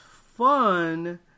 fun